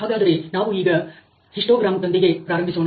ಹಾಗಾದರೆ ನಾವು ಈಗ ಹಿಸ್ಟೋಗ್ರಾಮ್ದೊಂದಿಗೆ ಪ್ರಾರಂಭಿಸೋಣ